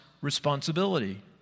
responsibility